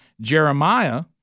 Jeremiah